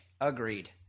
Agreed